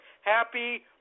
Happy